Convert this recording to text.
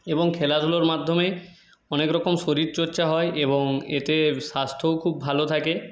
এবং খেলাধুলোর মাধ্যমে অনেক রকম শরীরচর্চা হয় এবং এতে স্বাস্থ্যও খুব ভালো থাকে